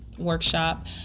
workshop